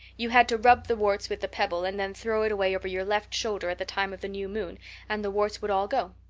you had to rub the warts with the pebble and then throw it away over your left shoulder at the time of the new moon and the warts would all go.